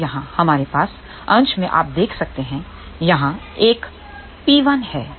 अब यहाँ हमारे पास अंश में आप देख सकते हैं यहाँ एक P1 है